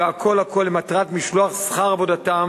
והכול הכול למטרת משלוח שכר עבודתם